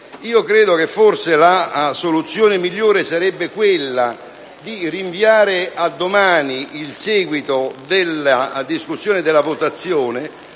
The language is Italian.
le circostanze, forse la soluzione migliore sarebbe di rinviare a domani il seguito della discussione e delle votazioni,